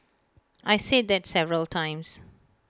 I said that several times